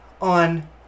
on